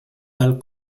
dal